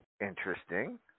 Interesting